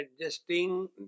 adjusting